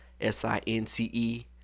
S-I-N-C-E